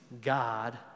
God